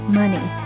money